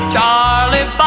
Charlie